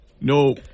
No